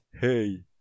Hey